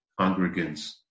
congregants